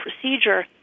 procedure